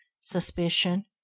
suspicion